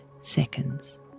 seconds